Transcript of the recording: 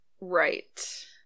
Right